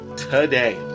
Today